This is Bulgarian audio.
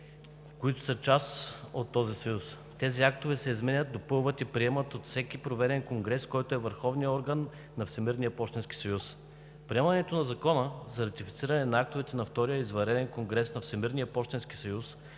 които са част от този съюз. Тези актове се изменят, допълват и приемат от всеки проведен конгрес, който е върховният орган на Всемирния пощенски съюз. Приемането на Закона за ратифициране на актовете на Втория извънреден конгрес на Всемирния пощенски съюз